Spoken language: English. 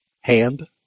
hand